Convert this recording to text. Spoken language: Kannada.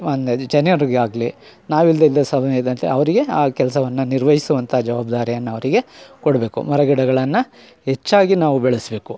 ಆಗಲಿ ನಾವು ಇಲ್ಲದೆ ಇದ್ದ ಸಮಯದಲ್ಲಿ ಅವ್ರಿಗೆ ಆ ಕೆಲಸವನ್ನು ನಿರ್ವಹಿಸುವಂಥ ಜವಾಬ್ದಾರಿಯನ್ನು ಅವರಿಗೆ ಕೊಡಬೇಕು ಮರಗಿಡಗಳನ್ನು ಹೆಚ್ಚಾಗಿ ನಾವು ಬೆಳೆಸಬೇಕು